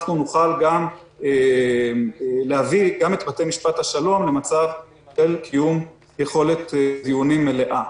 אנחנו נוכל גם להביא את בתי משפט השלום למצב של קיום יכולת דיונים מלאה.